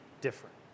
different